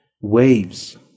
waves